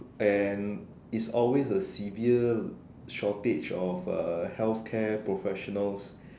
and it's always a severe shortage of uh healthcare professionals